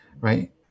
right